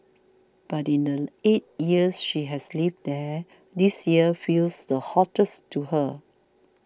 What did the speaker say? but in the eight years she has lived there this year feels the hottest to her